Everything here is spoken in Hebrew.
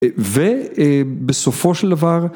ובסופו של דבר